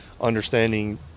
Understanding